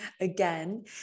again